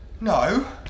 No